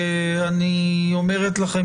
אני אומרת לכם